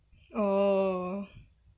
oh